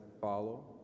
follow